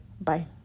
Bye